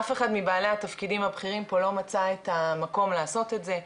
אף אחד מבעלי התפקידים הבכירים פה לא מצא את המקום לעשות את זה,